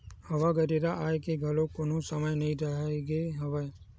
हवा गरेरा आए के घलोक कोनो समे नइ रहिगे हवय